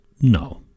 No